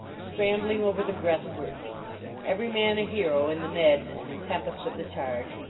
scrambling over the breast works every man a hero in the madness and tempest of the charge,